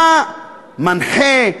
מה מנחה,